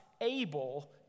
able